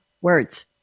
words